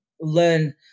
learn